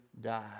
die